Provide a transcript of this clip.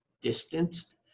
distanced